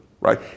right